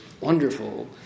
wonderful